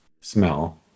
smell